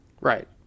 Right